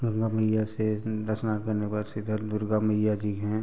गंगा मइया से गंगा स्नान करने के बाद सीधा दुर्गा मैया जी हैं